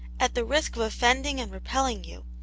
at the risk of offending and repelling you,